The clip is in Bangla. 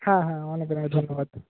হ্যাঁ হ্যাঁ অনেক অনেক ধন্যবাদ